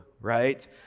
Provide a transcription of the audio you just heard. right